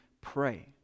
pray